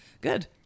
Good